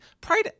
Pride